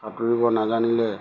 সাঁতুৰিব নাজানিলে